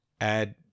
add